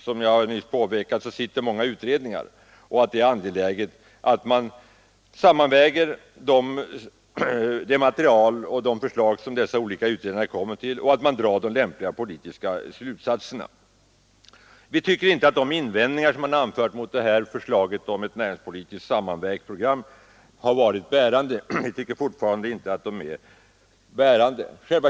Som jag nyss påpekade arbetar många utredningar på området, och det är angeläget att man sammanväger det material och de förslag som dessa framlägger och drar de lämpliga politiska slutsatserna härav. Vi tycker fortfarande inte att de invändningar som man anfört mot förslaget om ett sammanvägt näringspolitiskt program är bärande.